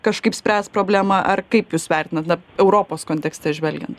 kažkaip spręst problemą ar kaip jūs vertinat na europos kontekste žvelgiant